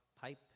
pipe